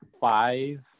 five